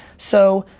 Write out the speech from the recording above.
so,